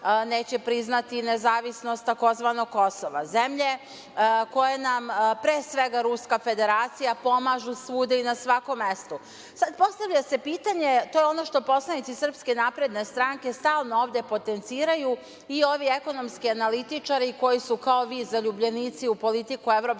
neće priznati nezavisnost takozvanog Kosova, zemlje koje nam, pre svega Ruska Federacija pomažu svuda i na svakom mestu. postavlja se pitanje, to je ono što poslanici Srpske napredne stranke stalno ovde potenciraju i ovi ekonomski analitičari koji su kao vi zaljubljenici u politiku EU,